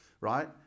right